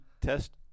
test